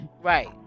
right